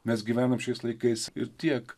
mes gyvenam šiais laikais ir tiek